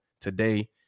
today